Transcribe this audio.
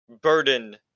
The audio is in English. burden